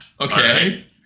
Okay